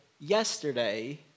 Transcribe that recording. yesterday